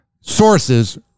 sources